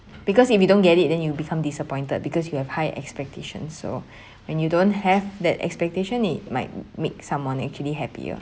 because if you don't get it then you'll become disappointed because you have high expectations so when you don't have that expectation it might make someone actually happier